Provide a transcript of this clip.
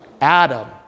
Adam